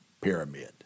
pyramid